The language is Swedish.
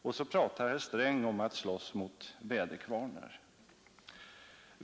Och så pratar herr Sträng om att slåss mot väderkvarnar!